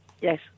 Yes